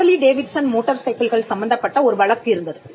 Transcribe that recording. Harley Davidson motor சைக்கிள்கள் சம்பந்தப்பட்ட ஒரு வழக்கு இருந்தது